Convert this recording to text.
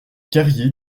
carrier